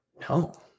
No